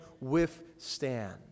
withstand